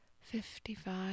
fifty-five